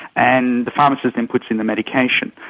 and the pharmacist then puts in the medication.